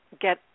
get